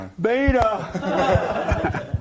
Beta